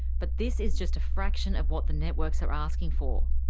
but this is just a fraction of what the networks are asking for.